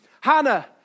Hannah